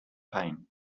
pain